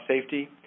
safety